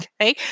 okay